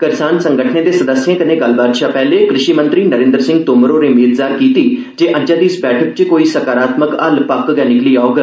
करसान संगठनें दे सदस्यें कन्नै गल्लबात शा पैहले कृषि मंत्री नरेन्द्र सिंह तोमर होरें मेद जाहर कीती जे अज्जै दी इस बैठक च कोई सकारात्मक हल पक्क गै निकली औग